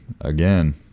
again